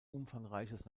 umfangreiches